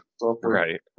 right